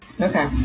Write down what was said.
okay